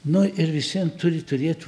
nu ir vis vien turi turėt